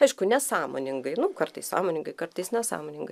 aišku nesąmoningai nu kartais sąmoningai kartais nesąmoningai